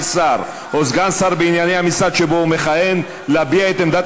שר או סגן שר בענייני המשרד שבו הוא מכהן להביע את עמדת